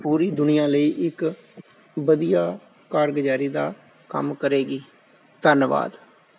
ਪੂਰੀ ਦੁਨੀਆਂ ਲਈ ਇੱਕ ਵਧੀਆ ਕਾਰਗੁਜ਼ਾਰੀ ਦਾ ਕੰਮ ਕਰੇਗੀ ਧੰਨਵਾਦ